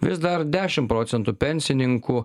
vis dar dešimt procentų pensininkų